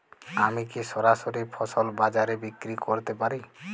আমি কি সরাসরি ফসল বাজারে বিক্রি করতে পারি?